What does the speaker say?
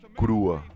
crua